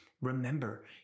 Remember